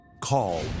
Call